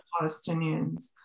Palestinians